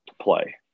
play